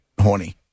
horny